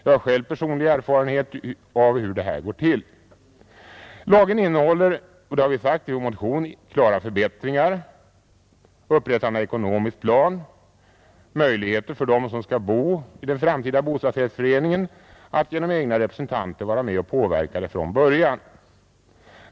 Jag har personlig erfarenhet av hur det här går till. Lagen innehåller — och det har vi sagt i vår motion — klara förbättringar: upprättande av ekonomisk plan, möjligheter för dem som skall bo i den framtida bostadsrättsföreningen att genom egna representanter vara med och påverka den från början.